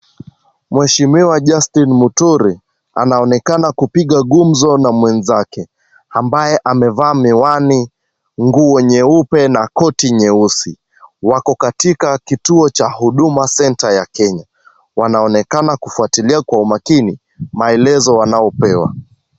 Mheshimiwa Justin Muturi anaonekana kupiga gumzo na mwenzake ambaye amevaa miwani, nguo nyeupe na koti nyeusi. Wako katika kituo cha Huduma Center ya Kenya. Wanaonekana kufuatilia kwa umakini maelezo wanayopewa.